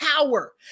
power